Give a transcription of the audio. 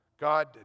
God